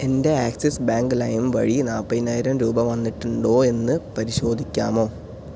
എൻ്റെ Axis bank ലൈം വഴി നാൽപ്പതിനായിരം രൂപ വന്നിട്ടുണ്ടോ എന്ന് പരിശോധിക്കാമോ